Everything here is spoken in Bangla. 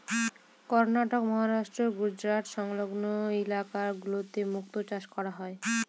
কর্ণাটক, মহারাষ্ট্র, গুজরাট সংলগ্ন ইলাকা গুলোতে মুক্তা চাষ করা হয়